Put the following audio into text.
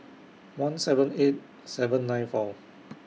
one seven eight seven nine four